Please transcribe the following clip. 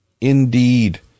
Indeed